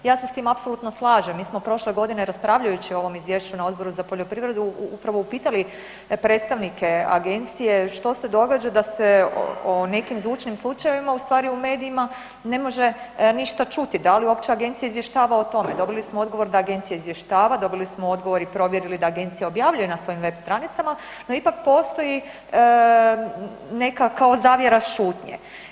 Ja se s tim apsolutno slažem, mi smo prošle godine raspravljajući o ovom izvješću na Odboru za poljoprivredu, upravo upitali predstavnike agencije što se događa da se o nekim zvučnim slučajevima ustvari u medijima ne može ništa čuti, da li uopće agencija izvještava o tome? dobili smo odgovor da agencija izvještava, dobili smo odgovor i provjerili da agencija objavljuje na svojim web stranicama no ipak postoji neka kao zavjera šutnje.